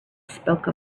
spoke